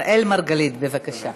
אראל מרגלית, בבקשה.